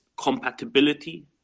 compatibility